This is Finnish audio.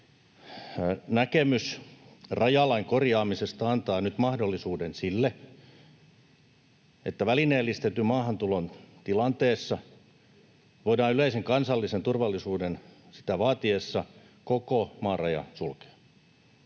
näkemys rajalain korjaamisesta, antaa nyt mahdollisuuden sille, että välineellistetyn maahantulon tilanteessa voidaan yleisen kansallisen turvallisuuden sitä vaatiessa koko maan raja sulkea.